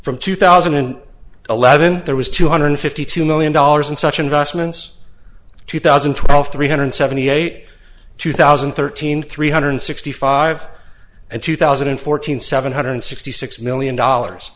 from two thousand and eleven there was two hundred fifty two million dollars in such investments two thousand and twelve three hundred seventy eight two thousand and thirteen three hundred sixty five and two thousand and fourteen seven hundred sixty six million dollars